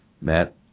Matt